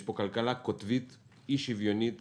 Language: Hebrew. יש פה כלכלה קוטבית אי שוויונית,